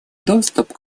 доступ